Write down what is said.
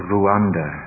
Rwanda